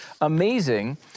amazing